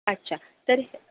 अच्छा तर